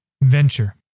venture